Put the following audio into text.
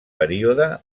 període